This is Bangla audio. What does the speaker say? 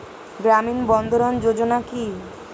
গ্রামীণ বন্ধরন যোজনা কি?